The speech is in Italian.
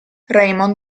raymond